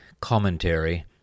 commentary